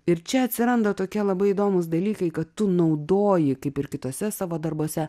ir čia atsiranda tokie labai įdomūs dalykai kad tu naudoji kaip ir kituose savo darbuose